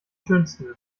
schönsten